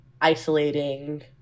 isolating